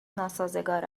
ناسازگار